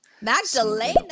Magdalena